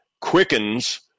quickens